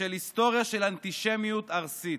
בשל היסטוריה של אנטישמיות ארסית.